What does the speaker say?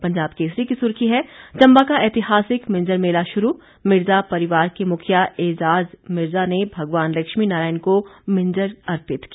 पंजाब केसरी की सुर्खी है चंबा का ऐतिहासिक मिंजर मेला शुरू मिर्ज़ा परिवार के मुखिया एजाज़ मिर्ज़ा ने भगवान लक्ष्मी नारायण को मिंजर अर्पित की